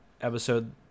episode